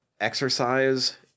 exercise